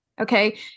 okay